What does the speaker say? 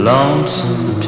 Lonesome